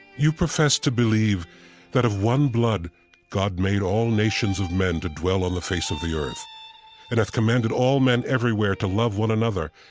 you profess to believe that of one blood god made all nations of men to dwell on the face of the earth and have commanded all men everywhere to love one another.